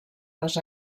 les